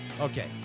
Okay